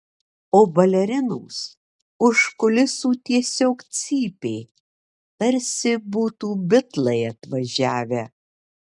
o balerinos už kulisų tiesiog cypė tarsi būtų bitlai atvažiavę